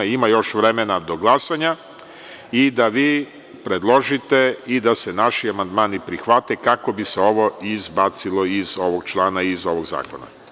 Ima još vremena do glasanja i da vi predložite i da se naši amandmani prihvate, kako bi se ovo izbacilo iz ovog člana i iz ovog zakona.